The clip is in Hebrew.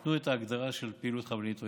נתנו את ההגדרה של פעילות חבלנית עוינת.